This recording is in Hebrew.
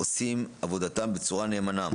עושים עבודתם בצורה נאמנה,